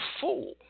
fool